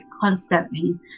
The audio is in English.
constantly